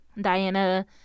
Diana